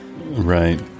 Right